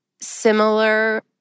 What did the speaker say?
similar